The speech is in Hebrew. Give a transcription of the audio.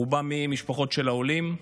רובם ממשפחות של עולים.